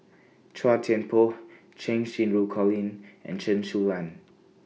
Chua Thian Poh Cheng Xinru Colin and Chen Su Lan